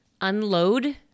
unload